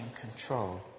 control